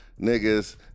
Niggas